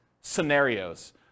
scenarios